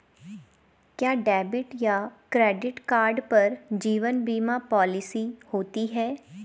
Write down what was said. क्या डेबिट या credit card पर जीवन बीमा पॉलिसी होती है?